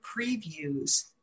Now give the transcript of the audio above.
previews